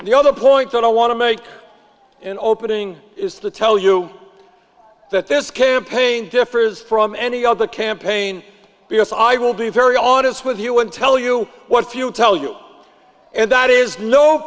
and the other point that i want to make an opening is to tell you that this campaign differs from any other campaign because i will be very honest with you and tell you what you tell you and that is no